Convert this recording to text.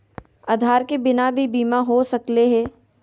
आधार के बिना भी बीमा हो सकले है?